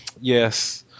yes